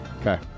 okay